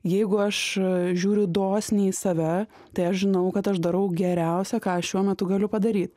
jeigu aš žiūriu dosniai į save tai aš žinau kad aš darau geriausia ką aš šiuo metu galiu padaryt